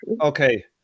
Okay